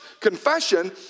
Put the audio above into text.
confession